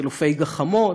חילופי גחמות,